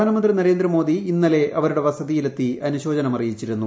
പ്രധാനമന്ത്രി നരേന്ദ്രമോദി ഇന്നലെ അവരുടെ വസതിയിലെത്തി അനുശോചനം അറിയിച്ചിരുന്നു